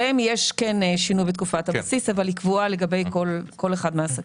לגביהם יש שינוי בתקופת הבסיס אבל היא קבועה לגבי כל אחד מהעסקים.